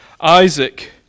Isaac